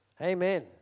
Amen